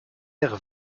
air